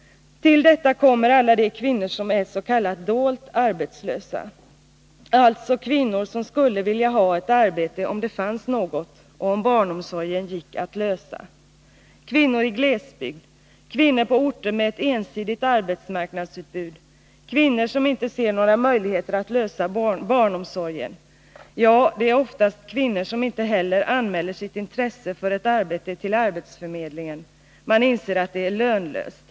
Till detta kommer alla de kvinnor som är s.k. dolt arbetslösa, alltså kvinnor som skulle vilja ha ett arbete, om det fanns något och om problemet med barnomsorgen gick att lösa. Det är kvinnor i glesbygd, kvinnor på orter med ett ensidigt arbetsmarknadsutbud, kvinnor som inte ser några möjligheter att lösa barnomsorgsproblemet — ja, det är oftast kvinnor som inte heller anmäler sitt intresse för ett arbete till arbetsförmedlingen, då de inser att det är lönlöst.